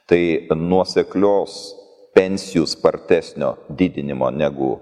tai nuoseklios pensijų spartesnio didinimo negu